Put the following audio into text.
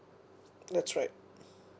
that's right